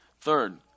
Third